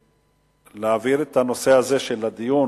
שיש להעביר את נושא הדיון